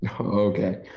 Okay